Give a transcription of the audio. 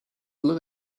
look